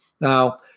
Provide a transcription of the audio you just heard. Now